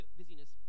busyness